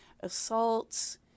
assaults